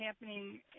happening